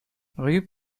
rue